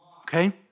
okay